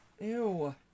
ew